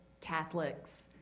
Catholics